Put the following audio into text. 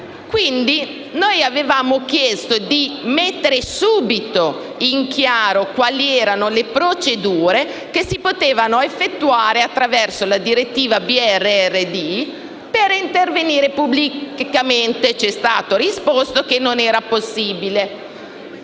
avevamo pertanto chiesto di mettere subito in chiaro quali erano le procedure che si potevano effettuare attraverso la direttiva BRRD per intervenire pubblicamente. C'è stato risposto che non era possibile.